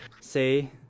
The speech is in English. say